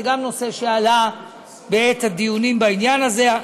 גם זה נושא שעלה בדיונים בעניין הזה,